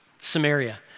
Samaria